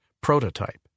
prototype